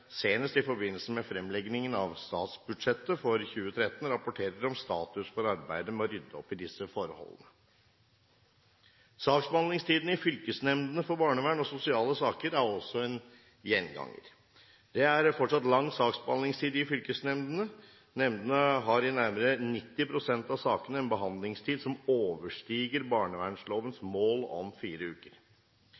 senest i forbindelse med fremleggingen av statsbudsjettet for 2013 rapporterer om status for arbeidet med å rydde opp i disse forholdene. Saksbehandlingstiden i fylkesnemndene for barnevern og sosiale saker er også en gjenganger. Det er fortsatt lang saksbehandlingstid i fylkesnemndene. Nemndene har i nærmere 90 pst. av sakene en behandlingstid som overstiger barnevernlovens